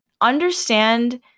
understand